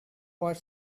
what